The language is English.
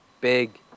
big